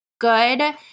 good